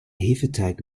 hefeteig